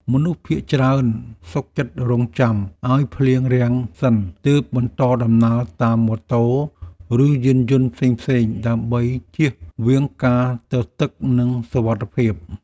មនុស្សភាគច្រើនសុខចិត្តរង់ចាំឱ្យភ្លៀងរាំងសិនទើបបន្តដំណើរតាមម៉ូតូ ឬយានយន្ដផ្សេងៗដើម្បីជៀសវាងការទទឹកនិងសុវត្ថិភាព។